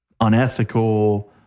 unethical